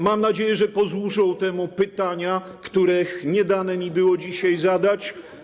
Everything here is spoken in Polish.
Mam nadzieję, że posłużą temu pytania, których nie dane mi było dzisiaj zadać.